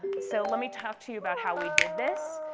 so let me talk to you about how we did this.